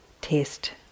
taste